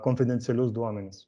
konfidencialius duomenis